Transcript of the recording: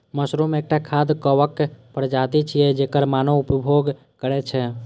mushroom एकटा खाद्य कवक प्रजाति छियै, जेकर मानव उपभोग करै छै